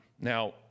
now